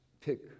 pick